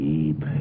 Deep